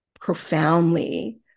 profoundly